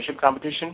Competition